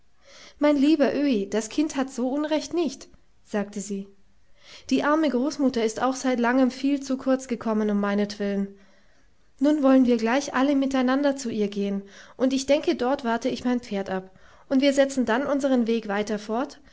mein lieber öhi das kind hat so unrecht nicht sagte sie die arme großmutter ist auch seit langem viel zu kurz gekommen um meinetwillen nun wollen wir gleich alle miteinander zu ihr gehen und ich denke dort warte ich mein pferd ab und wir setzen dann unseren weg weiter fort